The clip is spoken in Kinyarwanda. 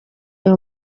ayo